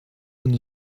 und